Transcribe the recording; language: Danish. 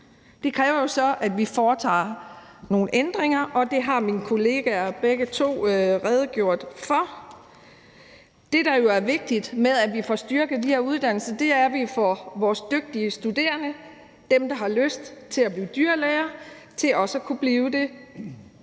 Det kræver jo så, at vi foretager nogle ændringer, og det har begge mine kollegaer redegjort for. Det, der jo er vigtigt ved, at vi får styrket de her uddannelser, er, at vi får vores dygtige studerende, altså dem, der har lyst til at blive dyrlæger, til også at kunne blive det